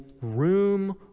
room